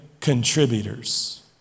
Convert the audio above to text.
contributors